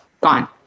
gone